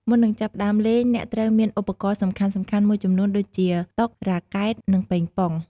មុននឹងចាប់ផ្ដើមលេង អ្នកត្រូវមានឧបករណ៍សំខាន់ៗមួយចំនួនដូចជា តុ រ៉ាកែត និងប៉េងប៉ុង។